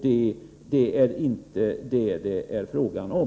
Det är inte detta det är fråga om.